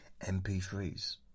MP3s